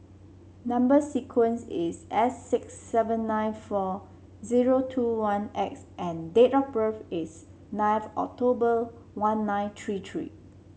number sequence is S six seven nine four zero two one X and date of birth is ninth October one nine three three